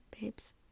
babes